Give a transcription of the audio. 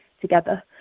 together